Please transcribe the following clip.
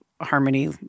harmony